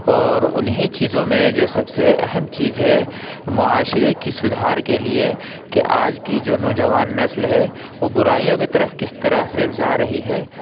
اور انہی چیزوں میں جو سب سے اہم چیز ہے معاشرے کی سدھار کے لیے کہ آج کی جو نوجوان نسل ہے وہ برائیوں کی طرف کس طرح سے جا رہی ہے